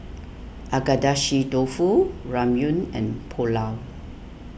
Agedashi Dofu Ramyeon and Pulao